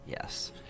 Yes